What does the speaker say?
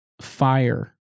fire